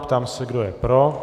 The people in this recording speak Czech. Ptám se, kdo je pro.